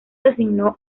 designó